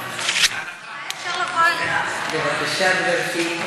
תיזהר מאנשים עם שערות על הפנים.